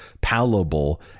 palatable